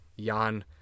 Jan